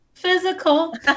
Physical